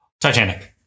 Titanic